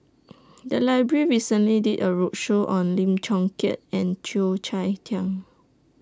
The Library recently did A roadshow on Lim Chong Keat and Cheo Chai Hiang